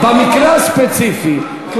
במקרה הספציפי הזה,